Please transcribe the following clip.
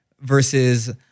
versus